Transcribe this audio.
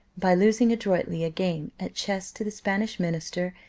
by losing adroitly a game at chess to the spanish minister,